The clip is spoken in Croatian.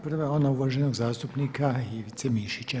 Prava je ona uvaženog zastupnika Ivice Mišića.